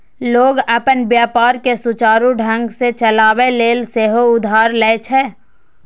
लोग अपन व्यापार कें सुचारू ढंग सं चलाबै लेल सेहो उधार लए छै